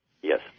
yes